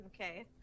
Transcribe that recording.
Okay